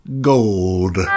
Gold